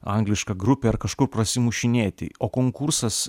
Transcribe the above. angliška grupė ar kažkur prasimušinėti o konkursas